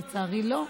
לצערי, לא.